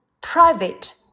private